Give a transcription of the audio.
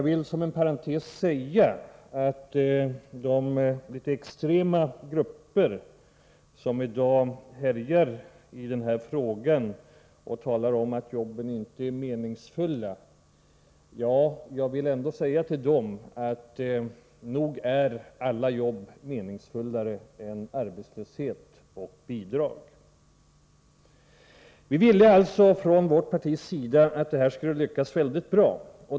Till de litet extrema grupper som i dag härjar i denna fråga och talar om att jobben inte är meningsfulla vill jag säga att nog är alla jobb mera meningsfulla än arbetslöshet och bidrag. Vi ville alltså från vårt parti att överenskommelsen om ungdomslag skulle lyckas bra.